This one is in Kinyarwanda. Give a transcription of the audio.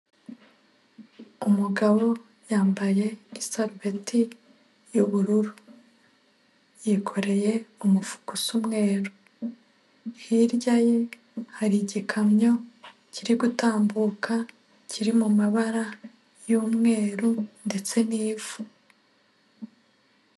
Umugabo yambaye isarubeti y'ubururu, yikoreye umufuku usa umweru, hirya ye hari igikamyo kiri gutambuka kiri mu mabara y'umweru ndetse n'ivu.